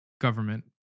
government